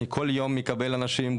אני כל יום מקבל אנשים,